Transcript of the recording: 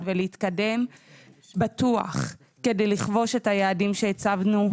ולהתקדם בטוח כדי לכבוש את היעדים שהצבנו,